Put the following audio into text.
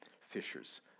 fishers